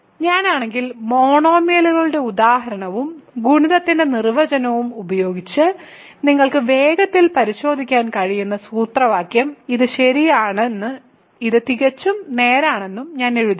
ഞാൻ ആണെങ്കിൽ മോണോമിയലുകളുടെ ഉദാഹരണവും ഗുണിതത്തിന്റെ നിർവചനവും ഉപയോഗിച്ച് നിങ്ങൾക്ക് വേഗത്തിൽ പരിശോധിക്കാൻ കഴിയുന്ന സൂത്രവാക്യം ഇത് ശരിയാണെന്നും ഇത് തികച്ചും നേരെയാണെന്നും ഞാൻ എഴുതുന്നു